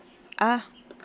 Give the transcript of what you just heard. ah